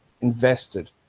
invested